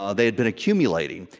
um they had been accumulating.